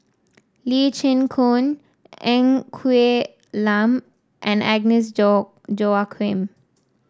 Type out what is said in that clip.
Lee Chin Koon Ng Quee Lam and Agnes Joaquim